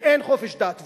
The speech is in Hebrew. ואין חופש דת.